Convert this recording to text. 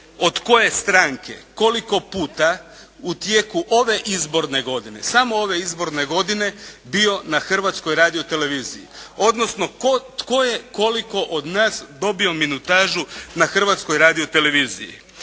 od koje stranke koliko puta u tijeku ove izborne godine, samo ove izborne godine bio na Hrvatskoj radioteleviziji, odnosno tko je koliko od nas dobio minutažu na Hrvatskoj radioteleviziji.